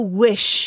wish